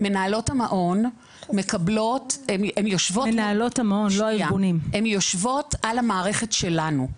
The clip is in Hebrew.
מנהלות המעון, הן יושבות על המערכת שלנו.